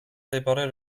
მდებარე